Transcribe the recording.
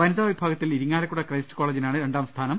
വനിതാ വിഭാഗത്തിൽ ഇരിങ്ങാലക്കുട ക്രൈസ്റ്റ് കോളജിനാണ് രണ്ടാം സ്ഥാനം